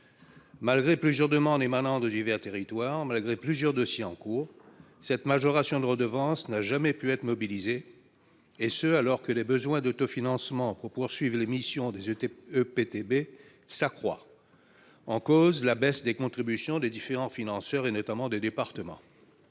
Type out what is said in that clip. Malgré plusieurs demandes émanant de divers territoires, malgré plusieurs dossiers en cours, cette majoration de redevance n'a jamais pu être mobilisée, et ce alors que le besoin d'autofinancement pour poursuivre les missions des EPTB s'accroît. Est en cause la baisse des contributions des différents financeurs, et notamment des départements.